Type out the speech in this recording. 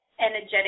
energetic